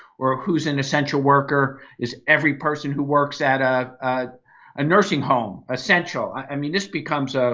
or who is an essential worker is every person who works at a a nursing home essential? i mean this becomes ah